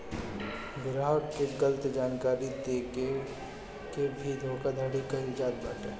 ग्राहक के गलत जानकारी देके के भी धोखाधड़ी कईल जात बाटे